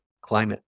climate